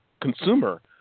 consumer